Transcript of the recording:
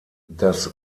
das